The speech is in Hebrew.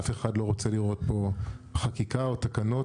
אף אחד לא רוצה לראות פה חקיקה או תקנות